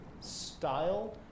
style